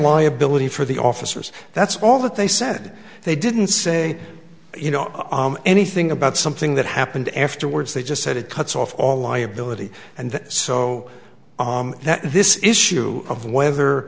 my ability for the officers that's all that they said they didn't say you know anything about something that happened afterwards they just said it cuts off all liability and so that this issue of whether